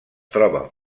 troba